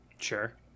Sure